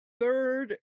third